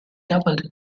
doubled